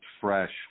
fresh